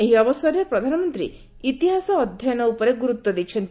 ଏହି ଅବସରରେ ପ୍ରଧାନମନ୍ତ୍ରୀ ଇତିହାସ ଅଧ୍ୟୟନ ଉପରେ ଗୁରୁତ୍ୱ ଦେଇଛନ୍ତି